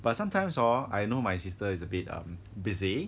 but sometimes hor I know my sister is a bit um busy